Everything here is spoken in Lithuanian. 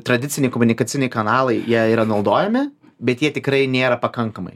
tradiciniai komunikaciniai kanalai jie yra naudojami bet jie tikrai nėra pakankamai